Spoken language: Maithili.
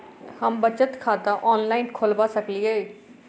हम बचत खाता ऑनलाइन खोलबा सकलिये?